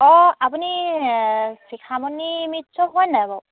অঁ আপুনি শিখামণি মিশ্ৰ হয় নাই বাৰু